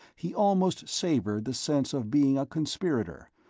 he almost savored the sense of being a conspirator,